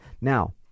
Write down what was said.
Now